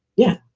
yeah,